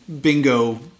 bingo